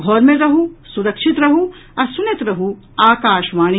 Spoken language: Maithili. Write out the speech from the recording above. घर मे रहू सुरक्षित रहू आ सुनैत रहू आकाशवाणी